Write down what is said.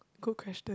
good question